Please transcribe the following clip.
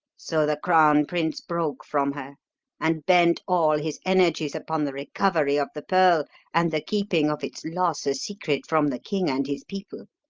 so the crown prince broke from her and bent all his energies upon the recovery of the pearl and the keeping of its loss a secret from the king and his people.